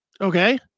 okay